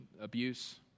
Abuse